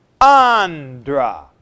andra